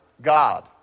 God